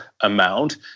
amount